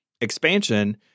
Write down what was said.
expansion